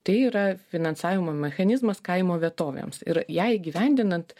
tai yra finansavimo mechanizmas kaimo vietovėms ir ją įgyvendinant